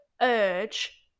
urge